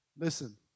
Listen